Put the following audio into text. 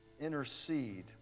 intercede